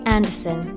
Anderson